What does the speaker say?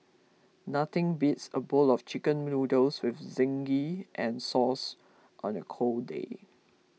nothing beats a bowl of Chicken Noodles with zingy and sauce on a cold day